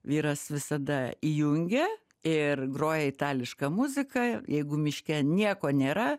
vyras visada įjungia ir groja itališką muziką jeigu miške nieko nėra